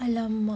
!alamak!